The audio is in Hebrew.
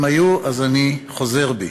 אם היו אז אני חוזר בי.